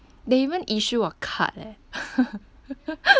they even issue a card leh